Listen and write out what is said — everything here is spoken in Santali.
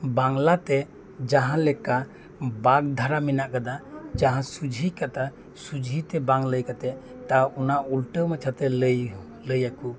ᱵᱟᱝᱞᱟᱛᱮ ᱡᱟᱦᱟᱸ ᱞᱮᱠᱟ ᱵᱟᱜᱽ ᱫᱷᱟᱨᱟ ᱢᱮᱱᱟᱜ ᱟᱠᱟᱫᱟ ᱡᱟᱦᱟᱸ ᱥᱚᱡᱷᱮ ᱠᱟᱛᱷᱟ ᱥᱚᱡᱷᱮ ᱛᱮ ᱵᱟᱝ ᱞᱟᱹᱭ ᱠᱟᱛᱮᱫ ᱛᱟ ᱚᱱᱟ ᱩᱞᱴᱟᱹ ᱢᱟᱪᱷᱟᱛᱮ ᱞᱟᱹᱭ ᱞᱟᱹᱭ ᱟᱠᱚ